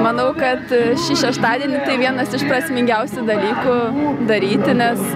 manau kad šį šeštadienį tai vienas iš prasmingiausių dalykų daryti nes